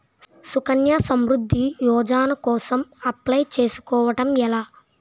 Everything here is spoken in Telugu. సుకన్య సమృద్ధి యోజన కోసం అప్లయ్ చేసుకోవడం ఎలా?